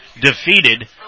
defeated